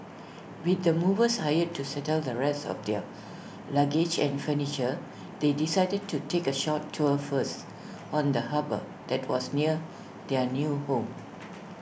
with the movers hired to settle the rest of their luggage and furniture they decided to take A short tour first of the harbour that was near their new home